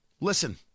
Listen